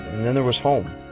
and then there was home.